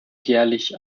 jährlich